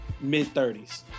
mid-30s